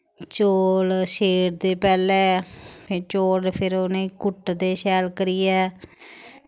चौल सेड़दे पैह्लैे चौल फिर उ'नेंगी कुट्टदे शैल करियै